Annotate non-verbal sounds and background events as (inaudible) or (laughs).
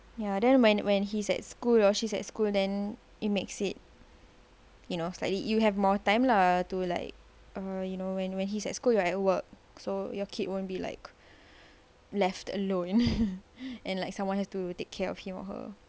ya then when when he's at school or she's at school then it makes it you know slightly you have more time lah to like uh you know when when he's at school we're at work so your kid won't be like left alone (laughs) and like someone has to take care of him or her